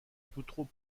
tout